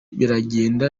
biragenda